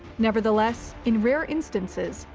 nevertheless, in rare instances,